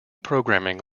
programming